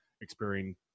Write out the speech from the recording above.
experiencing